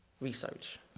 research